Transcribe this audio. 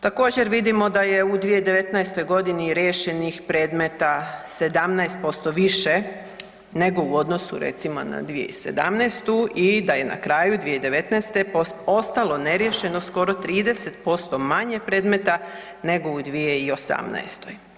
Također vidimo da je u 2019. godini riješenih predmeta 17% više nego u odnosu recimo na 2017. i da je na kraju 2019. ostalo neriješeno skoro 30% manje predmeta nego u 2018.